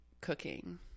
cooking